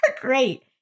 great